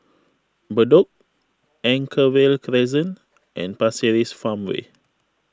Bedok Anchorvale Crescent and Pasir Ris Farmway